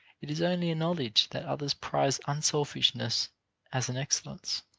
it is only a knowledge that others prize unselfishness as an excellence,